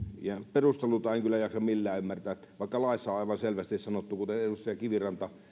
perusteluita en kyllä jaksa millään ymmärtää vaikka laissa on aivan selvästi sanottu kuten edustaja kiviranta